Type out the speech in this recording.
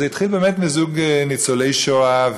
זה התחיל באמת מזוג ניצולי שואה,